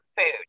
food